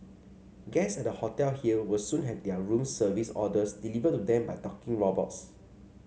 guests at a hotel here will soon have their room service orders delivered to them by talking robots